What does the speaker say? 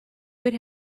would